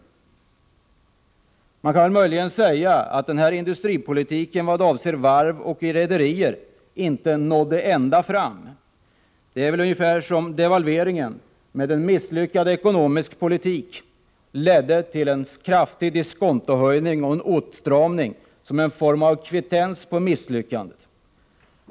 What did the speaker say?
Det kan möjligen sägas att regeringens industripolitik vad avser varv och rederier inte nådde ända fram. Det är väl ungefär som med devalveringen. Med en misslyckad ekonomisk politik ledde den till en kraftig diskontohöjning och en åtstramning som en form av kvittens på misslyckandet.